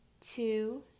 two